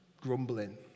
Grumbling